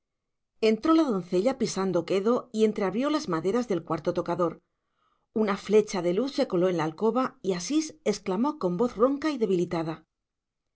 entró la doncella pisando quedo y entreabrió las maderas del cuarto tocador una flecha de luz se coló en la alcoba y asís exclamó con voz ronca y debilitada